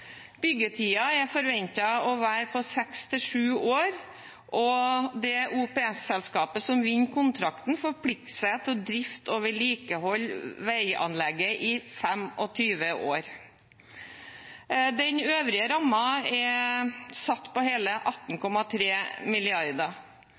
er forventet å være seks–sju år, og det OPS-selskapet som vinner kontrakten, forplikter seg til å drifte og vedlikeholde veianlegget i 25 år. Den øvrige rammen er satt til hele